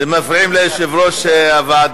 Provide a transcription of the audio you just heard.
אתם מפריעים ליושב ראש-הוועדה.